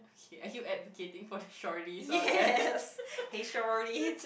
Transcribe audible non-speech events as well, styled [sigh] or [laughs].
okay are you advocating for the shorties out there [laughs]